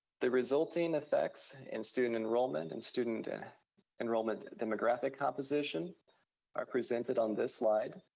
the resulting effects in student enrollment and student enrollment demographic composition are presented on this slide.